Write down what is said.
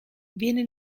viene